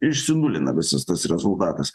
išsinulina visas tas rezultatas